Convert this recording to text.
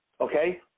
Okay